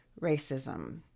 racism